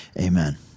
Amen